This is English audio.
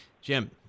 Jim